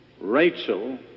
Rachel